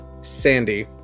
sandy